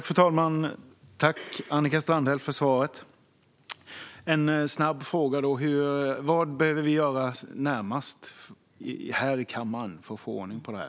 Fru talman! Tack, Annika Strandhäll, för svaret! Jag har en snabb fråga: Vad behöver vi göra närmast här i kammaren för att få ordning på det här?